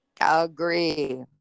Agree